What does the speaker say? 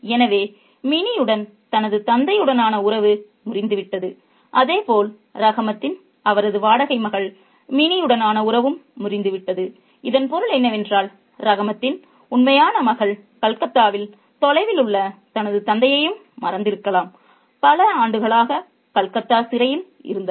எனவே மினியுடன் தனது தந்தையுடனான உறவு முறிந்துவிட்டது அதே போல் ரஹமத்தின் அவரது வாடகை மகள் மினியுடனான உறவும் முறிந்துவிட்டது இதன் பொருள் என்னவென்றால் ரஹமத்தின் உண்மையான மகள் கல்கத்தாவில் தொலைவில் உள்ள தனது தந்தையையும் மறந்திருக்கலாம் பல ஆண்டுகளாகக் கல்கத்தா சிறையில் இருந்தவர்